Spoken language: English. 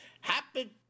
happy